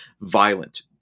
violent